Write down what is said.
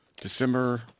December